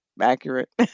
accurate